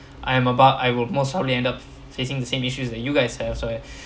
I am about I will most probably end up facing the same issues that you guys have so I